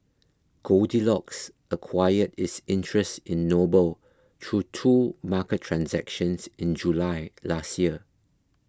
goldilocks acquired its interest in Noble through two market transactions in July last year